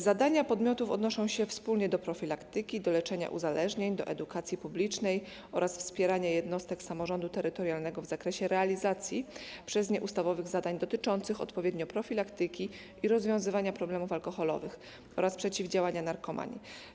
Zadania podmiotów odnoszą się wspólnie do profilaktyki, do leczenia uzależnień, do edukacji publicznej oraz wspierania jednostek samorządu terytorialnego w zakresie realizacji przez nie ustawowych zadań dotyczących odpowiednio profilaktyki i rozwiązywania problemów alkoholowych oraz przeciwdziałania narkomanii.